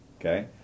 Okay